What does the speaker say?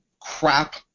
crap